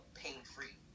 pain-free